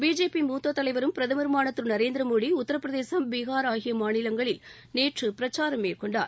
BJP மூத்த தலைவரும் பிரதமருமான திரு நரேந்திர மோடி உத்தரப்பிரதேசம் பீஹார் ஆகிய மாநிலங்களில் நேற்று பிரச்சாரம் மேற்கொண்டார்